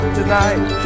tonight